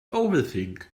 overthink